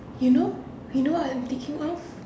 you know you know what I'm thinking of